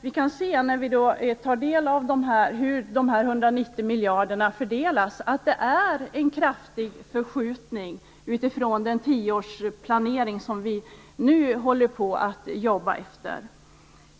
Vi kan se vid fördelningen av de 190 miljarderna att det är fråga om en kraftig förskjutning utifrån den tioårsplan som vi nu jobbar efter.